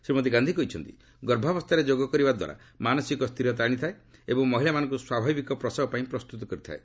ଶ୍ରୀମତୀ ଗାନ୍ଧି କହିଛନ୍ତି ଗର୍ଭାବସ୍ତାରେ ଯୋଗ କରିବା ଦ୍ୱାରା ମାନସିକ ସ୍ତିରତା ଆଣିଥାଏ ଏବଂ ମହିଳାମାନଙ୍କୁ ସ୍ୱାଭାବିକ ପ୍ରସବ ପାଇଁ ପ୍ରସ୍ତୁତ କରିଥାଏ